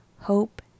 hope